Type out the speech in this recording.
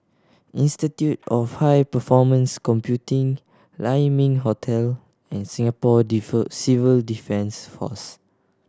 Institute of High Performance Computing Lai Ming Hotel and Singapore Civil Defence Force